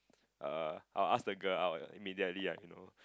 err I'll ask the girl out immediately ah you know